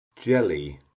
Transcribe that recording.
jelly